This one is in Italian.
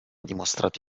dimostrato